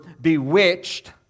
bewitched